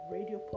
Radio